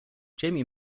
jamie